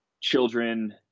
children